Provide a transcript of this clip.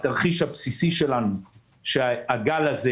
התרחיש הבסיסי שלנו הוא שהגל הזה